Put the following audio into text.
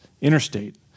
interstate